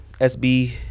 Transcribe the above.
SB